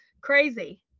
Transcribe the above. Crazy